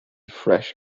fresh